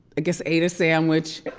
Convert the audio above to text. i guess ate a sandwich,